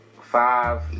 five